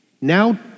Now